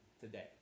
today